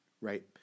right